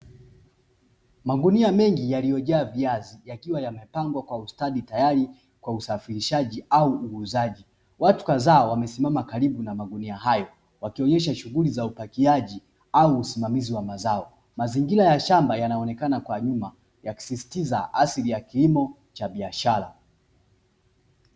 Magunia mengi yaliyojaa viazi, yakiwa yamepangwa kwa ustadi zaidi, tayari kwa usafirishaji au uuzaji. Watu kadhaa wamesimama karibu na magunia hayo, wakionyesha shughuli za upakiaji au usimamizi wa mazao. Mazingira ya shamba yanaonekana kwa nyuma, yakisisitiza asili ya kilimo cha biashara.